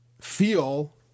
feel